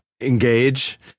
engage